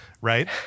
Right